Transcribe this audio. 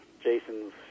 jason's